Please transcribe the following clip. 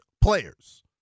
players